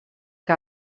que